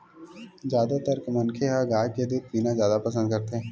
जादातर मनखे ह गाय के दूद पीना जादा पसंद करथे